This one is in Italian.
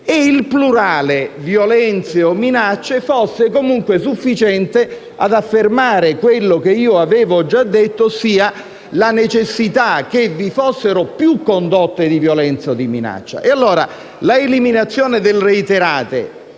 il plurale «violenze» o «minacce» fosse sufficiente ad affermare quello che io avevo già detto, cioè la necessità che vi fossero più condotte di violenza o di minaccia. Ebbene, per la eliminazione del «reiterate»,